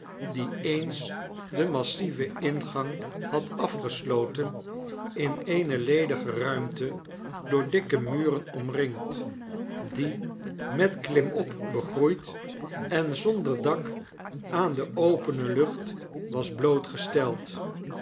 die eens den massieven ingang had afgesloten in eene ledige ruimte door dikke muren omringd die met llimop begroeid en zonder dak aan de opene lucht was blootgesteld